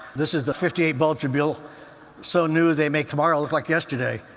this is the fifty eight bulgemobile so new, they make tomorrow look like yesterday.